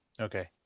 okay